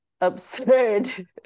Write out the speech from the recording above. absurd